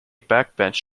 backbench